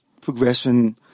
progression